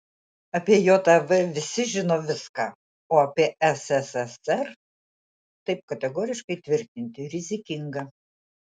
apie jav visi žino viską o apie sssr taip kategoriškai tvirtinti rizikinga